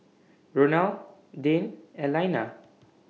Ronal Dane and Elaina